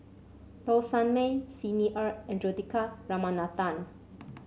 Low Sanmay Xi Ni Er and Juthika Ramanathan